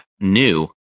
new